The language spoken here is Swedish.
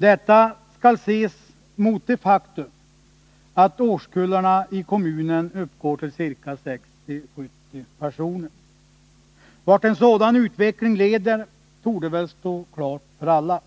Detta skall ses mot det faktum att årskullarna i kommunen uppgår till ca 60 å 70 personer. Vart en sådan utveckling leder torde väl stå klart för alla.